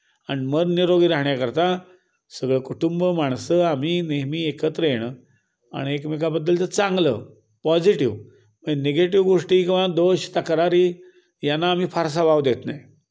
आणि मन निरोगी राहण्याकरता सगळं कुटुंब माणसं आम्ही नेहमी एकत्र येणं आणि एकमेकाबद्दल तर चांगलं पॉझिटिव म्हणजे निगेटिव्ह गोष्टी किंवा दोष तक्रारी यांना आम्ही फारसा वाव देत नाही